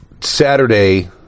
Saturday